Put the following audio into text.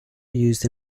used